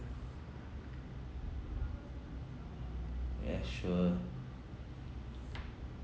yes sure